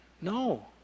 No